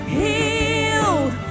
healed